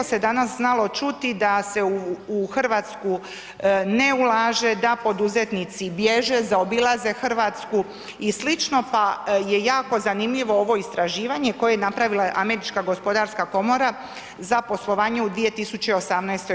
Često se danas znalo čuti da se u Hrvatsku ne ulaže, da poduzetnici bježe, zaobilaze Hrvatsku i sl., pa je jako zanimljivo ovo istraživanje koje je napravila Američka gospodarska komora za poslovanje u 2018.